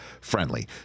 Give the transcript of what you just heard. friendly